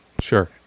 Sure